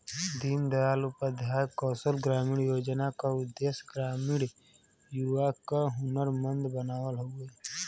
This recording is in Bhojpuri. दीन दयाल उपाध्याय कौशल ग्रामीण योजना क उद्देश्य ग्रामीण युवा क हुनरमंद बनावल हउवे